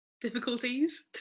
difficulties